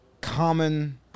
common